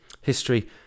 History